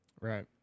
Right